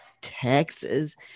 Texas